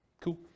Cool